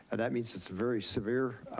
and that means it's very severe.